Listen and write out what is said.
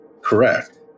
Correct